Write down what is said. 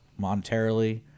monetarily